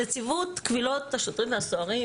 (מציגה מצגת) נציבות קבילות השוטרים והסוהרים